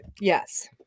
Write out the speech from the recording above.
Yes